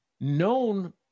known